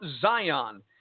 zion